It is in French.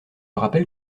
rappelle